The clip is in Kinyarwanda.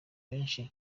benshi